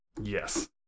Yes